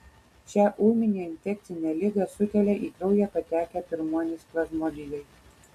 šią ūminę infekcinę ligą sukelia į kraują patekę pirmuonys plazmodijai